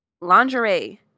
lingerie